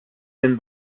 den